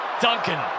Duncan